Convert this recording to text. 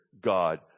God